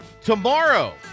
Tomorrow